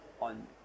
on